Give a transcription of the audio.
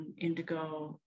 indigo